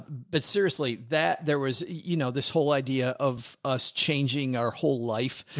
but seriously that there was, you know, this whole idea of us changing our whole life.